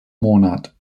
monat